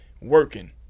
Working